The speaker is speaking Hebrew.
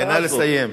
נא לסיים.